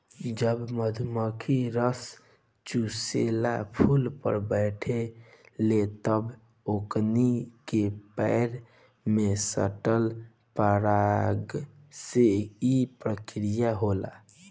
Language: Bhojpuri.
जब मधुमखी रस चुसेला फुल पर बैठे ले तब ओकनी के पैर में सटल पराग से ई प्रक्रिया होला